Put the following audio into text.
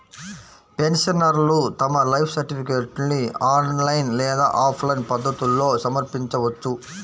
పెన్షనర్లు తమ లైఫ్ సర్టిఫికేట్ను ఆన్లైన్ లేదా ఆఫ్లైన్ పద్ధతుల్లో సమర్పించవచ్చు